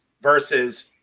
versus